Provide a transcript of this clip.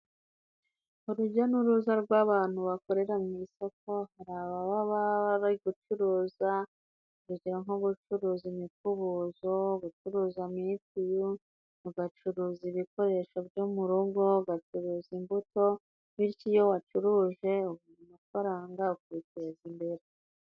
Urujya n'uruza rw'abantu bakorera mu isoko hari ababa bari gucuruza, urugero nko gucuruza imikubuzo, gucuruza mitiyu, ugacuruza ibikoresho byo mu rugo, ugacuruza imbuto, bityo iyo wacuruje ubona amafaranga ukiteza imbere.